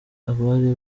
abari